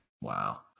Wow